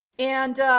and ah,